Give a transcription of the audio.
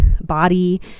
body